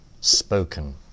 spoken